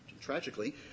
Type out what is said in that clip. tragically